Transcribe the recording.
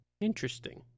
Interesting